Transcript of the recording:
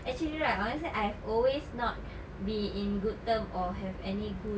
actually right honestly I've always not be in good terms or have any good